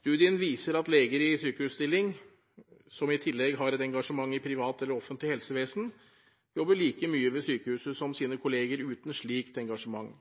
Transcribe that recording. Studien viser at leger i sykehusstilling, som i tillegg har et engasjement i privat eller offentlig helsevesen, jobber like mye ved sykehuset som sine kolleger uten slikt engasjement.